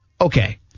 Okay